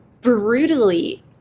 brutally